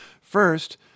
First